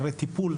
הרי טיפול,